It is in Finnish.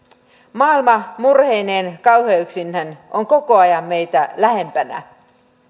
maailma murheineen ja kauheuksineen on koko ajan meitä lähempänä